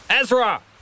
Ezra